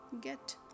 get